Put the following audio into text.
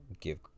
give